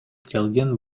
келген